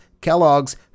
Kellogg's